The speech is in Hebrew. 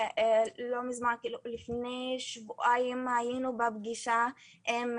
לפני שבועיים בערך היינו בפגישה עם